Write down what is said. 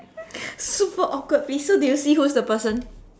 super awkward please so did you see who's the person